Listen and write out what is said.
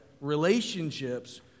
Relationships